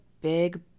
big